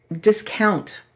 discount